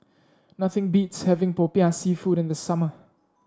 nothing beats having popiah seafood in the summer